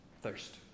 Thirst